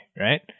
right